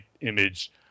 image